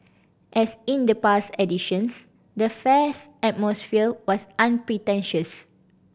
as in the past editions the fair's atmosphere was unpretentious